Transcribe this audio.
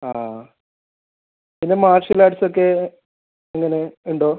ആ പിന്നെ മാർഷൽ ആർട്സൊക്കെ എങ്ങനെ ഉണ്ടോ